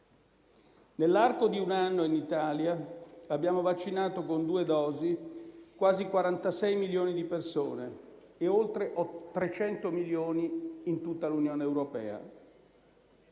nell'arco di un anno in Italia abbiamo vaccinato con due dosi quasi 46 milioni di persone e oltre 300 milioni in tutta l'Unione europea.